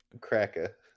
cracker